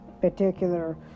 particular